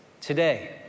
today